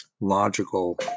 logical